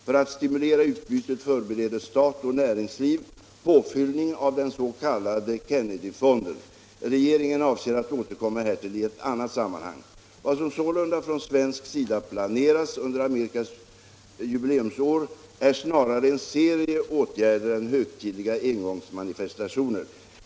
För att stimulera utbytet förbereder stat och näringsliv påfyllning av den s.k. Kennedyfonden. Regeringen avser att återkomma härtill i annat sammanhang. Vad som sålunda från svensk sida planeras under Amerikas jubileumsår är snarare en serie åtgärder än högtidliga engångsmanifestationer.